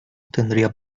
tendría